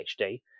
PhD